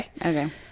Okay